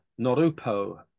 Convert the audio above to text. Norupo